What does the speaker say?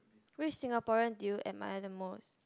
which Singaporean do you admire the most